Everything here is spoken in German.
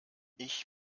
ich